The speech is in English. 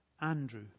Andrew